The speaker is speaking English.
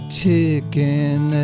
ticking